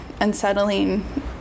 unsettling